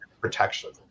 protection